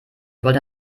wollte